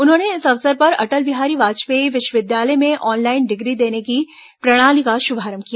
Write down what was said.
उन्होंने इस अवसर पर अटल बिहारी वाजपेयी विश्वविद्यालय में ऑनलाइन डिग्री देने की प्रणाली का शुभारंभ किया